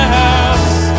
house